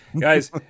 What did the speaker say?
guys